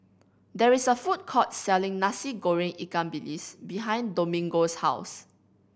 there is a food court selling Nasi Goreng ikan bilis behind Domingo's house